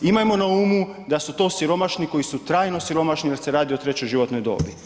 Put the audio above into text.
Imajmo na umu da su to siromašni koji su trajno siromašni jer se radi o trećoj životnoj dobi.